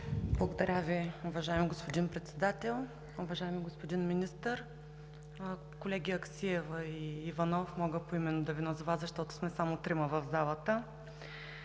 Благодаря Ви, уважаеми господин Председател. Уважаеми господин Министър, колеги Аксиева и Иванов – мога поименно да Ви назова, защото сме само трима в залата!